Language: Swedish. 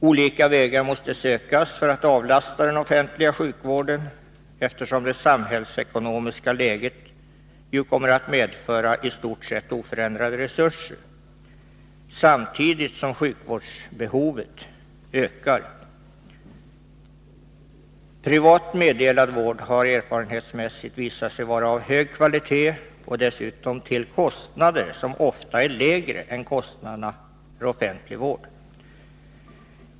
Olika vägar måste sökas för att avlasta den offentliga sjukvården, eftersom det samhällsekonomiska läget kommer att medföra i stort sett oförändrade resurser samtidigt som sjukvårdsbehovet ökar. Privat meddelad vård har erfarenhetsmässigt visat sig vara av hög kvalitet och sker dessutom till kostnader som ofta är lägre än kostnaderna för offentlig vård.